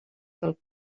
del